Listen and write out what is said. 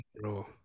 Bro